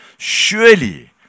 Surely